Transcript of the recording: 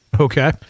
Okay